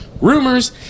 rumors